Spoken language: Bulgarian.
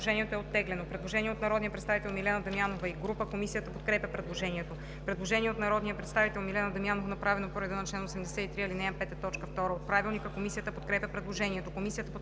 Предложението е оттеглено.